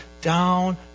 down